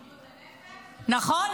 נכון,